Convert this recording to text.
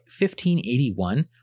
1581